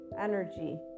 energy